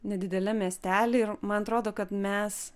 nedideliam miestely ir man atrodo kad mes